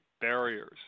barriers